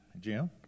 Jim